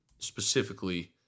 specifically